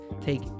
take